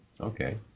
Okay